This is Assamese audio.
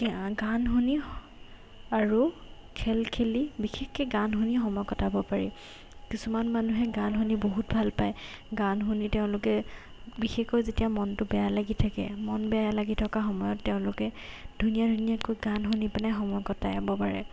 গান শুনি আৰু খেল খেলি বিশেষকৈ গান শুনি সময় কটাব পাৰি কিছুমান মানুহে গান শুনি বহুত ভাল পায় গান শুনি তেওঁলোকে বিশেষকৈ যেতিয়া মনটো বেয়া লাগি থাকে মন বেয়া লাগি থকা সময়ত তেওঁলোকে ধুনীয়া ধুনীয়াকৈ গান শুনি পিনে সময় কটাব পাৰে